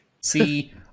See